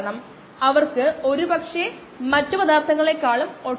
നമുക്ക് ഇത് തിരഞ്ഞെടുക്കാം ദശാംശ സ്ഥാനത്തിന് ശേഷം ഇവിടെ രണ്ട് അക്കങ്ങൾ സ്ലോപ് 58